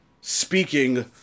speaking